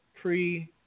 pre –